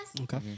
Okay